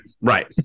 right